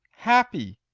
happy!